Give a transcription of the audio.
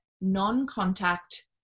non-contact